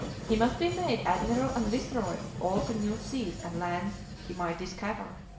he must be made admiral and viceroy of all the new seas and lands he might discover,